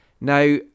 Now